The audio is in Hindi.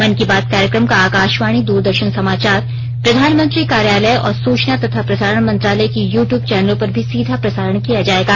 मन की बात कार्यक्रम को आकाशवाणी द्ररदर्शन समाचार प्रधानमंत्री कार्यालय और सुचना तथा प्रसारण मंत्रालय के यू ट्यूब चैनलों पर भी सीधा प्रसारण किया जाएगा